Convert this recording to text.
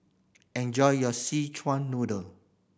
enjoy your Szechuan Noodle